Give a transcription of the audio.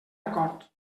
acord